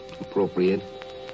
appropriate